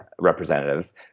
representatives